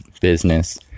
business